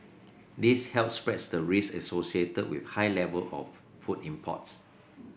this helps spread the risk associated with high level of food imports